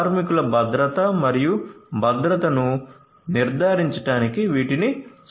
కార్మికుల భద్రత మరియు భద్రతను నిర్ధారించడానికి వీటిని సొంతం చేసుకోవచ్చు